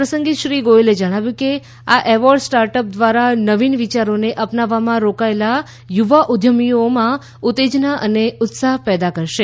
આપ્રસંગે શ્રી ગોયલે જણાવ્યું કે આ એવોર્ડ સ્ટાર્ટઅપ્સ દ્વારા નવીન વિચારોને અપનાવવામાં રોકાયેલા યુવા ઉદ્યમીઓમાં ઉત્તેજના અને ઉત્સાહપેદા કરશે